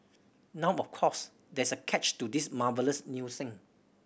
now of course there is a catch to this marvellous new thing